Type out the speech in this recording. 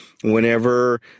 whenever